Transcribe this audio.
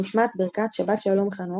מושמעת ברכת "שבת שלום חנוך",